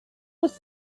was